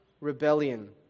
rebellion